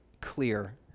clear